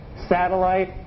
satellite